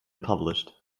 published